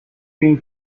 been